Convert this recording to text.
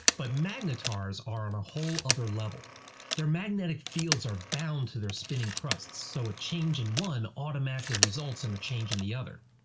but magnetars are on a whole other level their magnetic fields are bound to their spinning crusts, so a change in one automatically results in a change in the other.